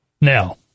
Now